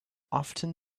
often